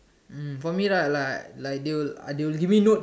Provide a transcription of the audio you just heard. mm for me lah like like they will give me notes